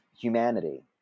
humanity